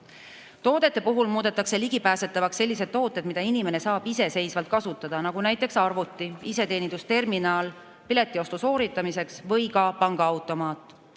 Toodete puhul muudetakse ligipääsetavaks sellised tooted, mida inimene saab iseseisvalt kasutada, näiteks arvuti, iseteenindusterminal piletiostu sooritamiseks või ka pangaautomaat.